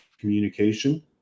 communication